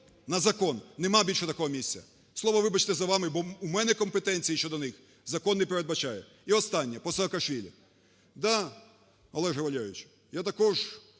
на закон, нема більше такого місця. Слово, вибачте, за вами, бо у мене компетенції щодо них закон не передбачає. І останнє, по Саакашвілі.